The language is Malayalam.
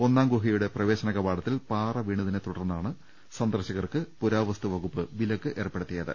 ഒന്നാം ഗുഹയുടെ പ്രവേശന കവാടത്തിൽ പാറ വീണതിനെ തുടർന്നാണ് സന്ദർശകർക്ക് പുരാവസ്തു വകുപ്പ് വിലക്ക് ഏർപ്പെടുത്തിയത്